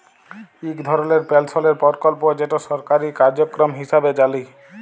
ইক ধরলের পেলশলের পরকল্প যেট সরকারি কার্যক্রম হিঁসাবে জালি